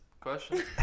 question